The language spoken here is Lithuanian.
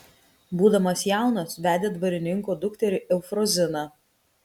būdamas jaunas vedė dvarininko dukterį eufroziną